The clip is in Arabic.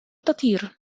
تطير